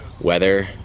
weather